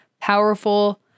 powerful